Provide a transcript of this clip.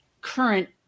current